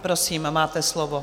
Prosím, máte slovo.